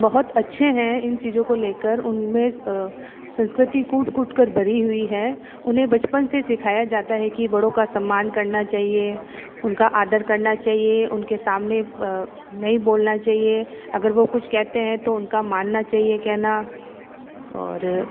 बहुत अच्छे हैं इन चीज़ों को लेकर उनमे संस्कृति कूट कूट कर भरी हुई है उन्हें बचपन से सिखाया जाता है कि बड़ो का सम्मान करना चाहिए उनका आदर करना चाहिए उनके सामने नहीं बोलना चाहिए अगर वो कुछ कहते हैं तो उनका मानना चाहिए कहना और